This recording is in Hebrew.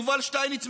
יובל שטייניץ,